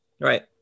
Right